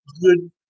good